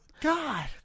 God